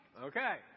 Okay